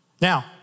Now